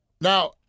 Now